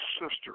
sister